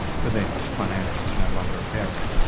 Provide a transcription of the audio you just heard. for them finance is no longer a barrier.